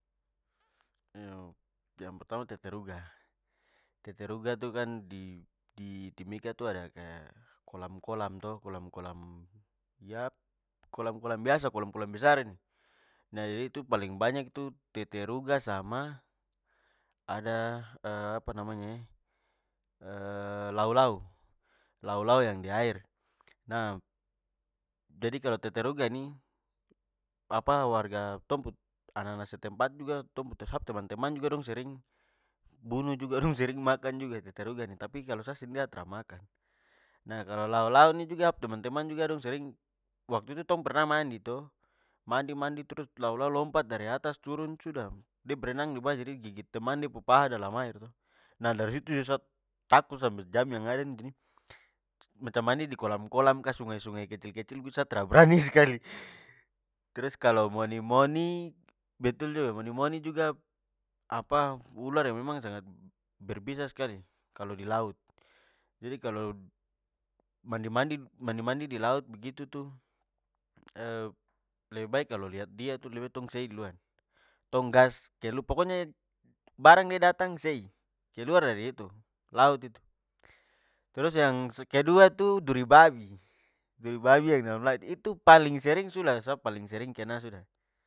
Iyo, yang pertama teteruga. Teteruga tu kan di di- timika tu ada kaya kolam-kolam to, kolam-kolam ya kolam-kolam- biasa, kolam-kolam besar ini. itu paling banyak tu teteruga sama ada apa namanya e? lau-lau, lau-lau yang di air. Nah jadi kalo teteruga nih, apa warga tong pu anana setempat juga, tong pu sa pu- teman-teman juga dong sering bunuh juga dong sering makan juga teteruga nih. Tapi kalo sa sendiri, sa tra makan. Nah kalo lau-lau ni juga sa pu teman-teman juga dong sering, waktu itu tong pernah mandi to mandi mandi- trus lau-lau lompat dari atas turun itu sudah de berenang di bawah jadi de gigit teman de pu paha dalam air to, nah dari situ sudah sa takut sampe jam yang ada nih. Macam mandi di kolam-kolam ka, sungai-sungai kecil kecil begitu sa tra brani skali. Trus kalo moni-moni, betul juga moni-moni juga apa ular yang memang sangat berbisa skali kalo di laut. Jadi kalo mandi-mandi, mandi-mandi- di laut begitu tu lebih baik kalo liat dia tu lebih baik tong sei duluan. Tong gas pokoknya barang de datang, sei! Keluar dari itu laut itu-. Trus yang kedua itu, duri babi. Duri babi yang dalam laut, itu paling sering sudah sa paling sering- kena sudah.